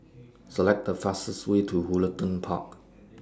Select The fastest Way to Woollerton Park